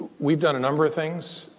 we've done a number of things.